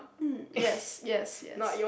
hmm yes yes yes